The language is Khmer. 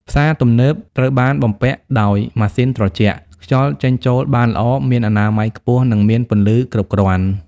ផ្សារទំនើបត្រូវបានបំពាក់ដោយម៉ាស៊ីនត្រជាក់ ខ្យល់ចេញចូលបានល្អ មានអនាម័យខ្ពស់ និងមានពន្លឺគ្រប់គ្រាន់។